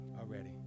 Already